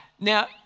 Now